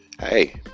Hey